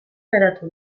geratu